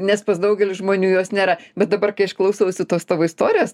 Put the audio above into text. nes pas daugelį žmonių jos nėra bet dabar kai aš klausausi tos tavo istorijos